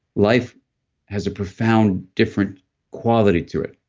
life has a profound different quality to it,